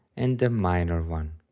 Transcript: and a minor one.